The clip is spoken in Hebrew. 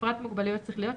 ובפרט מוגבלויות שכליות,